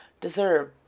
deserve